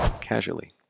casually